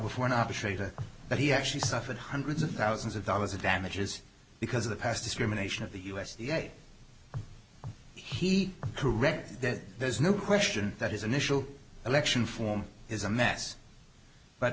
before an operator but he actually suffered hundreds of thousands of dollars in damages because of the past discrimination of the u s d a he correct that there's no question that his initial election form is a mess but